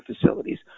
facilities